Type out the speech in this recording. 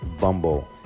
Bumble